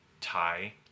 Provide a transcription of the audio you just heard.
Thai